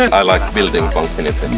i like building pongfinity